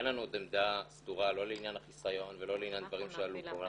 אין לנו עוד עמדה סדורה לא לעניין החיסיון ולא לעניין דברים שעלו פה.